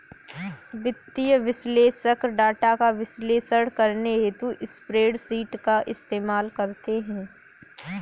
वित्तीय विश्लेषक डाटा का विश्लेषण करने हेतु स्प्रेडशीट का इस्तेमाल करते हैं